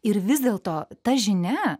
ir vis dėlto ta žinia